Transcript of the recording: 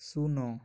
ଶୂନ